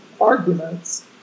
arguments